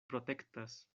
protektas